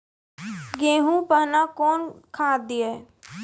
गेहूँ पहने कौन खाद दिए?